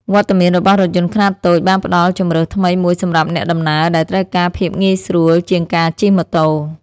វត្តមានរបស់រថយន្តខ្នាតតូចបានផ្តល់ជម្រើសថ្មីមួយសម្រាប់អ្នកដំណើរដែលត្រូវការភាពងាយស្រួលជាងការជិះម៉ូតូ។